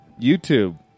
YouTube